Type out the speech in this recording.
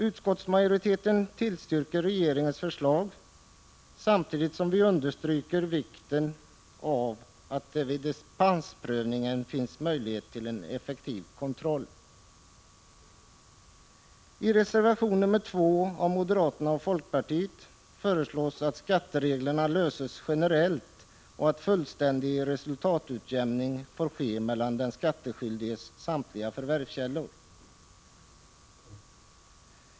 Utskottets majoritet tillstyrker regeringens förslag, samtidigt som vi understryker vikten av att det vid dispensprövningar finns möjligheter till en effektiv kontroll. I reservation nr 2 av moderaterna och folkpartiet föreslås att skattereglerna löses generellt och att fullständig resultatutjämning får ske mellan den skattskyldiges samtliga förvärvskällor.